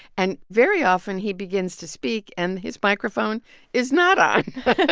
and very often, he begins to speak and his microphone is not on